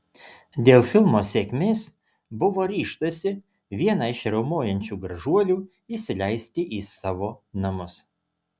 dėl filmo sėkmės buvo ryžtasi vieną iš riaumojančių gražuolių įsileisti į savo namus